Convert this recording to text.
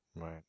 Right